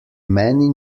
many